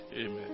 amen